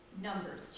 numbers